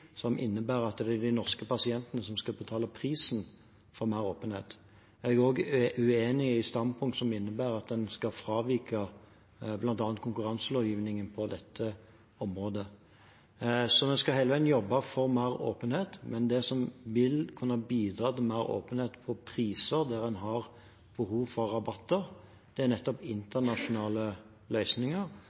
som innebærer at det er de norske pasientene som skal betale prisen for mer åpenhet. Jeg er også uenig i standpunkt som innebærer at en skal fravike bl.a. konkurranselovgivningen på dette området. En skal heller jobbe for mer åpenhet. Men det som vil kunne bidra til mer åpenhet på priser der en har behov for rabatter, er nettopp internasjonale løsninger,